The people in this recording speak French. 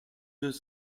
deux